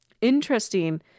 interesting